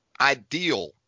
ideal